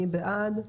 מי בעד?